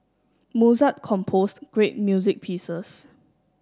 Mozart composed great music pieces